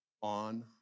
on